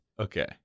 Okay